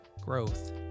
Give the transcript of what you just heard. growth